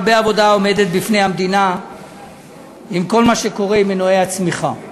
הרבה עבודה עומדת בפני המדינה עם כל מה שקורה עם מנועי הצמיחה.